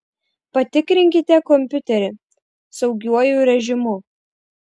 patikrinkite kompiuterį saugiuoju režimu